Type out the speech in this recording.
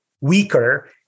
weaker